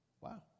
Wow